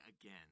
again